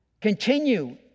Continue